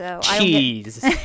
Cheese